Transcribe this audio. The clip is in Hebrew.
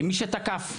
מי שתקף.